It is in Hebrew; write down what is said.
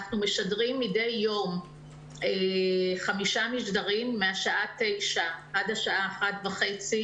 אנחנו משדרים מדי יום חמישה משדרים מהשעה 09:00 עד השעה 13:30,